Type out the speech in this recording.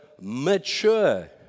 mature